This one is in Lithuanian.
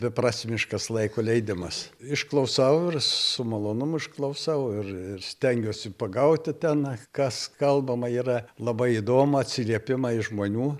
beprasmiškas laiko leidimas išklausau ir su malonumu išklausau ir ir stengiuosi pagauti ten kas kalbama yra labai įdomu atsiliepimai iš žmonių